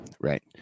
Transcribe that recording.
right